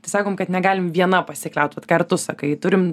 tai sakom kad negalim viena pasikliaut vat ką ir tu sakai turim